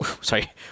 sorry